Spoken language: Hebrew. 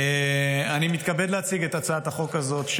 אני מתכבד להציג את הצעת החוק הזאת.